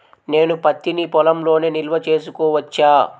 నేను పత్తి నీ పొలంలోనే నిల్వ చేసుకోవచ్చా?